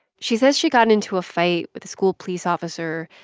she says she got into a fight with a school police officer.